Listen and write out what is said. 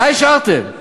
מה השארתם?